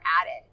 added